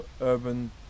urban